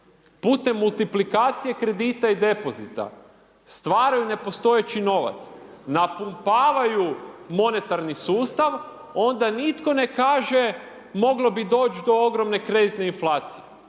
putem multiplikacije kredita i depozita stvaraju nepostojeći novac napumpavaju monetarni sustav onda nitko ne kaže moglo bi doći do ogromne kreditne inflacije,